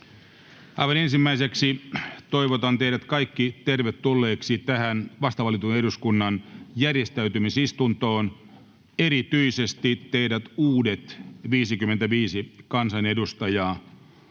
ensimmäiseksi toivotan teidät kaikki tervetulleiksi tähän vasta valitun eduskunnan järjestäytymisistuntoon, erityisesti teidät uudet 55 kansanedustajaa.